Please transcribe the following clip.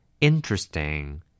interesting